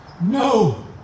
no